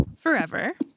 forever